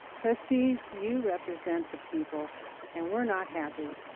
trustees, you represent the people and we're not happy.